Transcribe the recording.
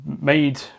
Made